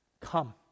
Come